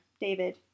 David